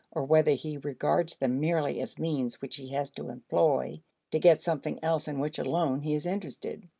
or whether he regards them merely as means which he has to employ to get something else in which alone he is interested.